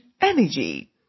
energy